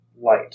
light